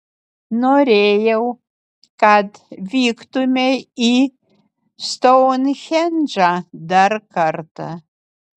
norėjau kad vyktumei į stounhendžą dar kartą